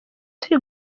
turi